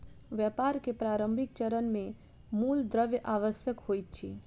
व्यापार के प्रारंभिक चरण मे मूल द्रव्य आवश्यक होइत अछि